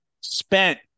spent